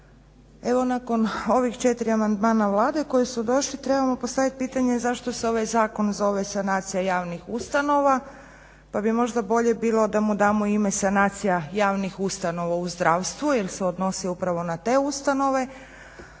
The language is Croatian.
Evo nakon ovih 4 amandmana Vlade koji su došli trebamo postaviti pitanje zašto se ovaj zakon zove sanacija javnih ustanova pa bi možda bolje bilo da mu damo ime sanacija javnih ustanova u zdravstvu jer se odnosi upravo na te ustanove.